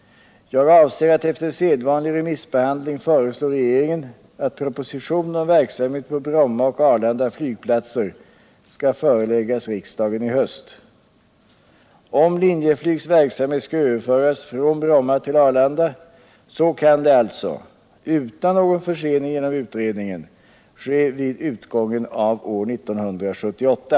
Jag avser att efter sedvanlig remissbehandling föreslå regeringen att proposition om verksamheten på Bromma och Arlanda flygplatser skall föreläggas riksdagen i höst. Om Linjeflygs verksamhet skall överföras från Bromma till Arlanda, så kan det alltså — utan någon försening genom utredningen — ske vid utgången av år 1978.